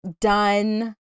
done